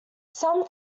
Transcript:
some